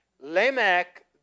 Lamech